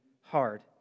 hard